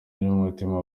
by’umutima